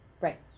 Right